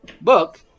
book